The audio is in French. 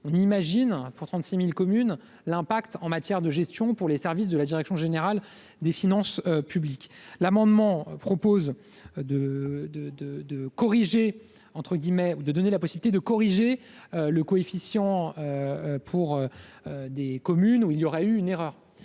en permanence pour 36 000 communes, on imagine l'impact en matière de gestion pour les services de la direction générale des finances publiques. L'amendement vise à donner la possibilité de corriger le coefficient pour des communes où il y aurait eu une erreur.